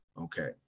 Okay